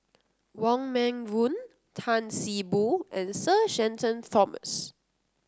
Wong Meng Voon Tan See Boo and Sir Shenton Thomas